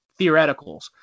theoreticals